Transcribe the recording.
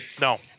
no